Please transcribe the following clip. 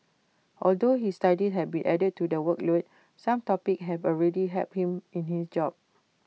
although his studies have be added to the workload some topics have already helped him in his job